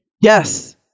Yes